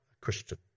Christian